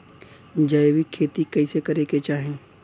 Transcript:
जैविक खेती कइसे करे के चाही?